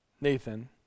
Nathan